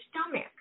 stomach